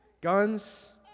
Guns